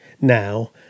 Now